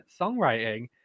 songwriting